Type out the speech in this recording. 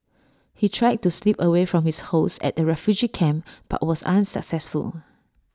he tried to slip away from his hosts at the refugee camp but was unsuccessful